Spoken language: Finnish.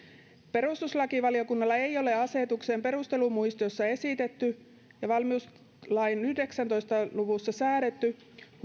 perustuslakivaliokunnalla ei ole asetuksen perustelumuistiossa esitetty ja valmiuslain yhdeksässätoista luvussa säädetty